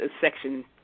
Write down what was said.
section